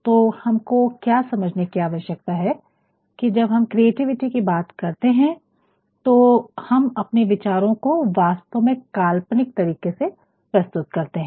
तो हमको क्या समझने की आवश्यकता है कि जब हम क्रिएटिविटी की बात करते हैं तो हम अपने विचारों को वास्तव में काल्पनिक तरीके से प्रस्तुत करते हैं